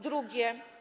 Drugie.